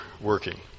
working